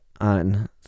on